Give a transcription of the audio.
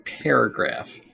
paragraph